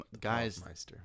Guys